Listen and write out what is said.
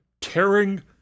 tearing